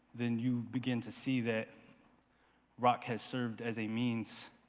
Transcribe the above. then you begin to see that rock has served as a means